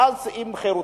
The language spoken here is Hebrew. ואז חרותניקים,